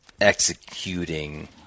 executing